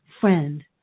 friend